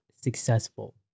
successful